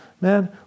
Man